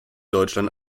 deutschland